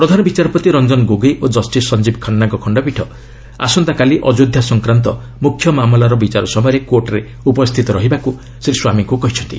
ପ୍ରଧାନ ବିଚାରପତି ରଞ୍ଜନ ଗୋଗୋଇ ଓ କଷ୍ଟିସ୍ ସଞ୍ଜୀବ୍ ଖାନ୍ନାଙ୍କ ଖଣ୍ଡପୀଠ ଆସନ୍ତାକାଲି ଅଯୋଧ୍ୟା ସଂକ୍ରାନ୍ତ ମୁଖ୍ୟ ମାମଲାର ବିଚାର ସମୟରେ କୋର୍ଟରେ ଉପସ୍ଥିତ ରହିବାକୁ ଶ୍ରୀ ସ୍ୱାମୀଙ୍କୁ କହିଛନ୍ତି